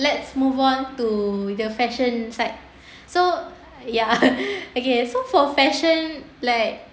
let's move on to the fashion side so ya okay so for fashion like